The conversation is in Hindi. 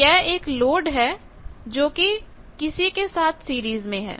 तो यह एक लोड है जो कि किसी के साथ सीरीज में है